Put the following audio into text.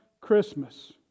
Christmas